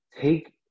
take